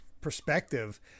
perspective